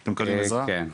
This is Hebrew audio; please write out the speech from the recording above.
כן.